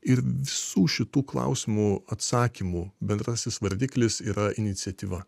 ir visų šitų klausimų atsakymų bendrasis vardiklis yra iniciatyva